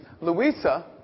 Louisa